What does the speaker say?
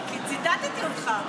כי ציטטתי אותך.